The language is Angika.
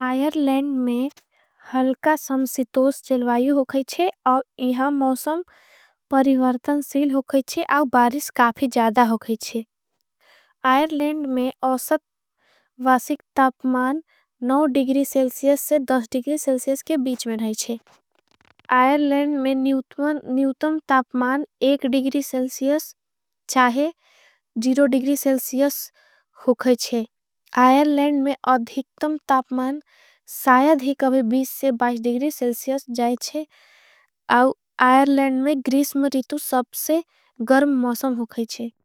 आयर लेंड में हलका संसितोस जल्वायू होगाईच्छे। और इहां मौसम परिवर्तन सील होगाईच्छे और। बारिस काफ़ी जादा होगाईच्छे आयर लेंड में ओसत। वासिक तापमान दिग्री सेलसियस से दिग्री सेलसियस। के बीच में रहाईच्छे आयर लेंड में नूतम तापमान दिग्री। सेलसियस चाहे दिग्री सेलसियस होगाईच्छे आयर लेंड। में अधिक्तम तापमान सायधिक दिग्री सेलसियस जाएच्छे। आयर लेंड में ग्रीस में रितु सबसे गर्म मौसम होगाईच्छे।